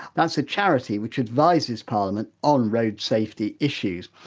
that's a charity which advises parliament on road safety issues.